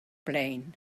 plane